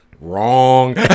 wrong